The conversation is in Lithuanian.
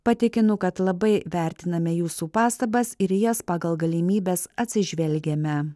patikinu kad labai vertiname jūsų pastabas ir į jas pagal galimybes atsižvelgiame